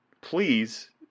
Please